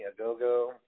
Agogo